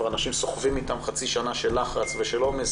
אנשים כבר סוחבים איתם חצי שנה של לחץ ועומס